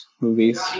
movies